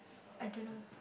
I don't know